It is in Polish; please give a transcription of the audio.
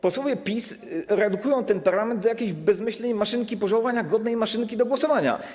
Posłowie PiS redukują temperament do jakiejś bezmyślnej maszynki, pożałowania godnej maszynki do głosowania.